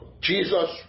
Jesus